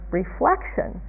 reflection